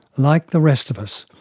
like the rest of us,